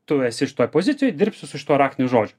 tu esi šitoj pozicijoj dirbsiu su šituo raktiniu žodžiu